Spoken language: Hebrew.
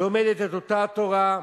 לומד את אותה תורה,